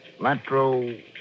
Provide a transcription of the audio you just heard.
Latro